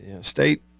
State